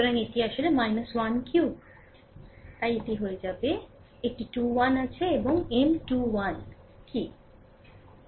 সুতরাং এটি আসলে 1 কিউব তাই এটি হয়ে যাবে একটি 21 আছে এবং m 21 কী